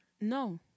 No